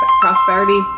prosperity